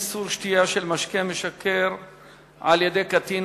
איסור שתייה של משקה משכר על-ידי קטין),